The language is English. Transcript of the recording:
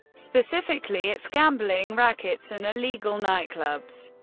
specifically its gambling rackets and illegal nightclubs.